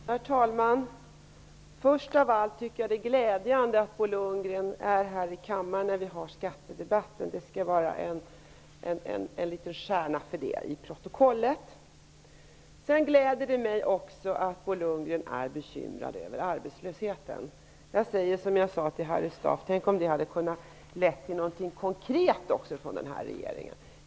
Herr talman! Först av allt tycker jag att det är glädjande att Bo Lundgren är här i kammaren när vi har en skattedebatt. Han skall ha en liten stjärna för det i protokollet. Det gläder mig också att Bo Lundgren är bekymrad över arbetslösheten. Jag säger som jag sade till Harry Staaf: Tänk om det också hade kunnat leda till något konkret från regeringen!